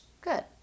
good